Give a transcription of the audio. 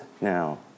now